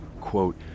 Quote